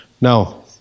Now